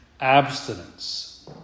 abstinence